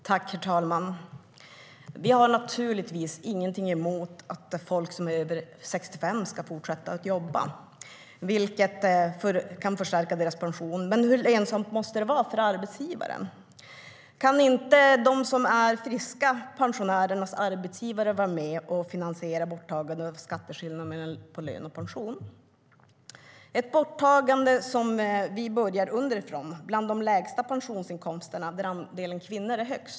Herr talman! Vi har naturligtvis ingenting emot att folk som är över 65 år fortsätter att jobba, vilket kan förstärka deras pension. Men hur lönsamt måste det vara för arbetsgivaren? Kan inte de friska pensionärernas arbetsgivare vara med och finansiera borttagandet av skatteskillnaden mellan lön och pension? Vi börjar med att ta bort denna skatteskillnad underifrån, bland dem med de lägsta pensionsinkomsterna där andelen kvinnor är störst.